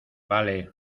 vale